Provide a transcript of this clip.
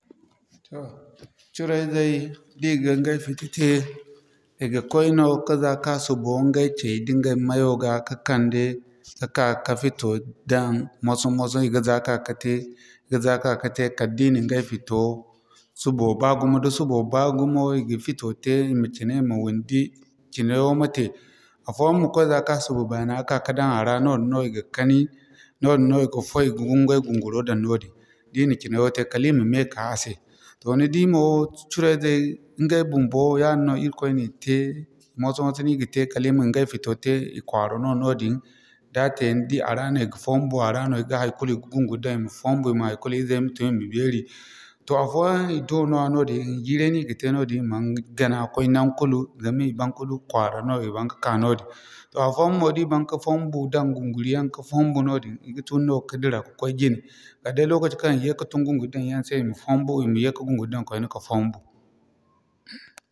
Toh curaizey da ŋga iŋgay fiti te i ga koy no ka za ka subo ɲgay cay da ŋgay mayo ga ka'kande ka'ka ka fito daŋ moso-moso i ga za ka kate ga za ka kate kala da i na ɲgay fito subo baa gumo, da subo baa gumo. Da subo baa gumo i ga fito te i ma cina i ma wundi cinayaŋo ma te afooyaŋ ma koy za ka subu baana ka'ka ka daŋ a ra noodin no i ga kani noodin no i ga foy i ga ɲgay gunguro daŋ noodin. Da i na cina yaŋo te kala i ma mey ka a se. Ni di mo curaizey ɲgay bumbo yaadin no Irkoy na i te, moso-moso no i ga te kala i ma ɲgay fito tey i kwaara no noodin. Da te ni di a ra no i ga fombu a ra no i ga haikulu i ga gunguri daŋ i ma fombu izai ma tun i ma beeri. Toh afooyaŋ i do nooya noodin jiiray no i ga te noodin i mana gana koy naŋ kulu zama i ban ka du kwaara no i baŋ ka'ka noodin. Afooyaŋ mo da i baŋ ka fombu daŋ gunguri yaŋ ka fombu noodin i ga tun no ka dira ka'koy jine. Kala day lokaci kaŋ i ye ka tun gunguri daŋ yaŋ se i ma fombu i ma yee ka gunguri daŋ kwaine ka fombu.